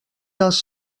dels